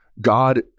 god